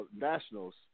Nationals